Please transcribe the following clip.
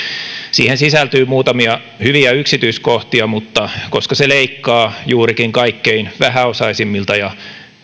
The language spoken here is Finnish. siihen sisältyy muutamia hyviä yksityiskohtia mutta koska se leikkaa juurikin kaikkein vähäosaisimmilta ja